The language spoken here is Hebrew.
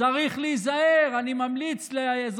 לצערי הרב אני יודעת שכל